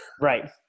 Right